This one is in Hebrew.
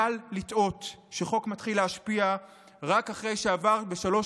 קל לטעות שחוק מתחיל להשפיע רק אחרי שעבר בשלוש